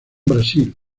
brasil